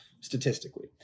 statistically